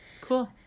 cool